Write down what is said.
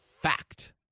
fact